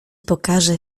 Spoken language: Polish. pokażę